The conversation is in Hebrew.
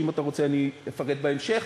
ואם אתה רוצה אני אפרט בהמשך,